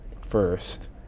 first